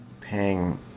paying